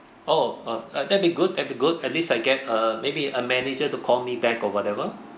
oh uh uh that'll be good that'll be good at least I get uh maybe a manager to call me back or whatever